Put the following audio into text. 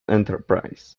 enterprise